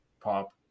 pop